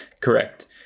Correct